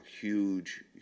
huge